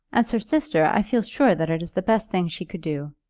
as her sister, i feel sure that it is the best thing she could do.